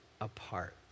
apart